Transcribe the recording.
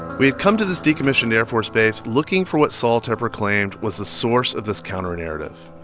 we'd come to this decommissioned air force base looking for what sol tepper claimed was the source of this counternarrative.